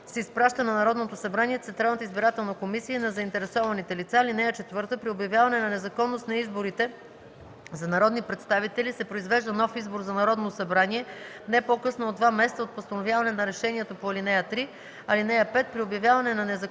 представител се изпраща на Народното събрание, Централната избирателна комисия и на заинтересованите лица. (4) При обявяване на незаконност на изборите за народни представители се произвежда нов избор за Народно събрание не по-късно от два месеца от постановяването на решението по ал. 3. (5)